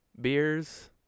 beers